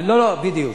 בדיוק.